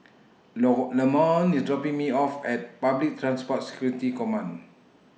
Lamont IS dropping Me off At Public Transport Security Command